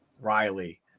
Riley